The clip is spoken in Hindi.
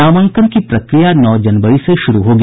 नामांकन की प्रक्रिया नौ जनवरी से शुरू होगी